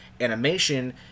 Animation